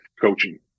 coaching